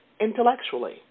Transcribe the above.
intellectually